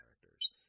characters